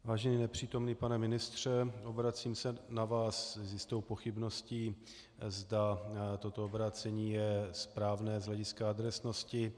Vážený nepřítomný pane ministře, obracím se na vás s jistou pochybností, zda toto obrácení je správné z hlediska adresnosti.